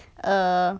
err